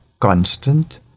constant